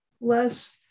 less